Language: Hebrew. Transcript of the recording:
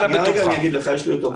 רק רגע, אגיד לך, יש לי אותו פה.